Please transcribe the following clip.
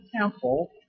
temple